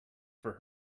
for